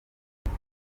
ubwo